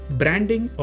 branding